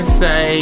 say